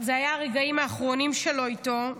אלה היה הרגעים האחרונים איתו.